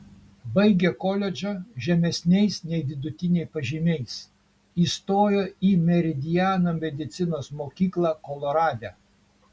baigė koledžą žemesniais nei vidutiniai pažymiais įstojo į meridiano medicinos mokyklą kolorade